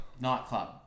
Nightclub